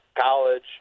college